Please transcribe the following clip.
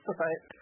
right